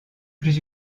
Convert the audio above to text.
plus